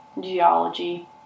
geology